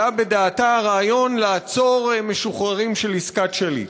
עלה בדעתה הרעיון לעצור משוחררים של עסקת שליט.